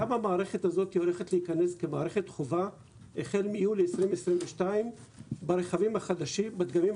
גם המערכת הזאת הולכת להיכנס כמערכת חובה החל מיולי 2022 בדגמים החדשים,